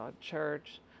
church